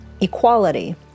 equality